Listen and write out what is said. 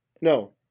No